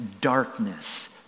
darkness